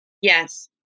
Yes